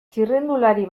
txirrindulari